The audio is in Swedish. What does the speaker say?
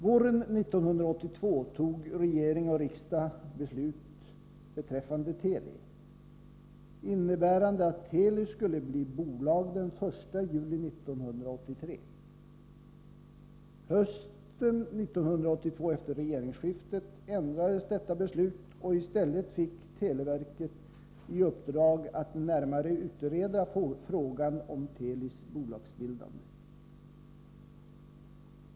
Våren 1982 fattade regering och riksdag beslut beträffande Teli, innebärande att Teli skulle bli bolag den 1 juli 1983. Hösten 1982, efter regeringsskiftet, ändrades detta beslut, och i stället fick televerket i uppdrag att närmare utreda frågan om Telis bolagsbildande.